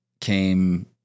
came